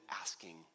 asking